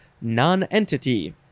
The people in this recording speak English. non-entity